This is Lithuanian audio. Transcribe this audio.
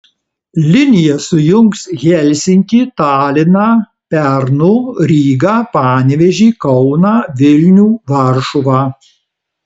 linija sujungs helsinkį taliną pernu rygą panevėžį kauną vilnių varšuvą